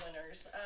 winners